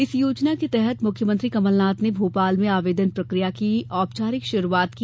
इस योजना के तहत मुख्यमंत्री कमलनाथ ने भोपाल में आवेदन प्रक्रिया की औपचारिक शुरूआत की